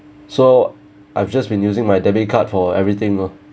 so I've just been using my debit card for everything loh